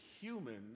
human